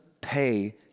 pay